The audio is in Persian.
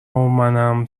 منم